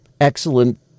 excellent